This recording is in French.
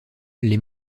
les